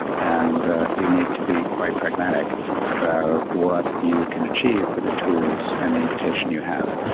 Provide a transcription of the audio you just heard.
and you need to be quite pragmatic about what you can achieve with the tools and the invitation you have.